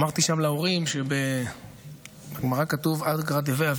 אמרתי שם להורים שבגמרא כתוב: "אגרא דבי טמיא